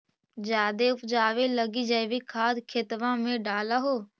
जायदे उपजाबे लगी जैवीक खाद खेतबा मे डाल हो?